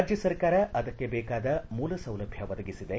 ರಾಜ್ಜ ಸರ್ಕಾರ ಅದಕ್ಕೆ ಬೇಕಾದ ಮೂಲಸೌಲಭ್ಜ ಒದಗಿಸಿದೆ